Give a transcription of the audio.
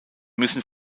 müssen